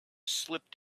slipped